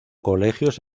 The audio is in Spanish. colegios